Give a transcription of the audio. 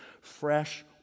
fresh